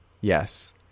Yes